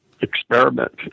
experiment